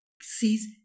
sees